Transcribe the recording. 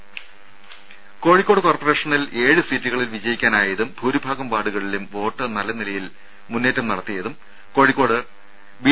രുമ കോഴിക്കോട് കോർപ്പറേഷനിൽ ഏഴ് സീറ്റുകളിൽ വിജയിക്കാനായതും ഭൂരിഭാഗം വാർഡുകളിലും വോട്ട് നിലയിൽ നല്ല മുന്നേറ്റം നടത്തിയതും കോഴിക്കോട്ട് ബി